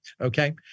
Okay